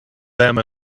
them